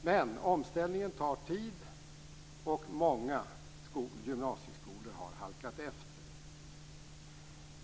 Men omställningen tar tid och många gymnasieskolor har halkat efter.